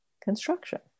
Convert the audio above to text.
construction